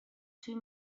too